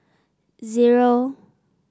zero